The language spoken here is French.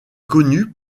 connue